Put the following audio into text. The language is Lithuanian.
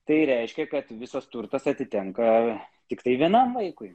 tai reiškia kad visos turtas atitenka tiktai vienam vaikui